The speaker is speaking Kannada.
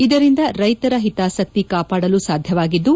ಇದರಿಂದ ರೈತರ ಹಿತಾಸಕ್ತಿ ಕಾಪಾಡಲು ಸಾಧ್ಯವಾಗಿದ್ದು